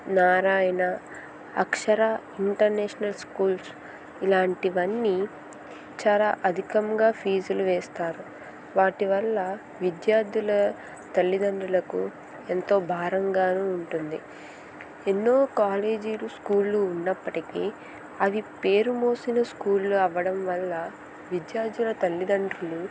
Narayana Akshara international schools ఇలాంటివన్నీ చాలా అధికంగా ఫీజులు వేస్తారు వాటి వల్ల విద్యార్థుల తల్లిదండ్రులకు ఎంతో భారంగాను ఉంటుంది ఎన్నో కాలేజీలు స్కూల్లు ఉన్నప్పటికీ అది పేరు మోసిన స్కూల్లు అవ్వడం వల్ల విద్యార్థుల తల్లిదండ్రులు